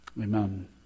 Amen